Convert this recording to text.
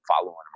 following